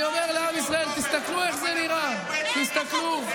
אני אומר לעם ישראל, תסתכלו איך זה נראה, תסתכלו.